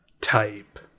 type